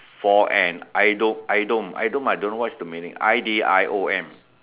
for an idiom idiom idiom I don't know what's the meaning I D I O